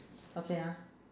okay ah